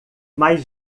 mais